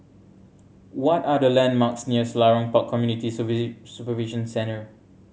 what are the landmarks near Selarang Park Community Supervision Centre